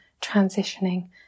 transitioning